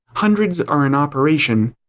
hundreds are in operation,